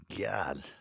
god